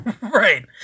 Right